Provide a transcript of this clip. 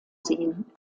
sehen